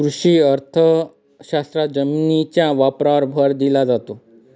कृषी अर्थशास्त्रात जमिनीच्या वापरावर भर दिला जातो